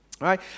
right